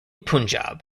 punjab